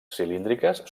cilíndriques